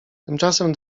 tymczasem